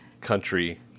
country